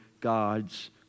God's